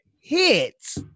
hits